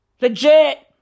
Legit